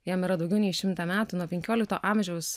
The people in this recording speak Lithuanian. jam yra daugiau nei šimtą metų nuo penkiolikto amžiaus